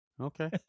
Okay